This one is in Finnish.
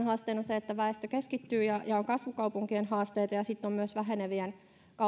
haasteena se että väestö keskittyy ja ja on kasvukaupunkien haasteita ja sitten on myös vähenevien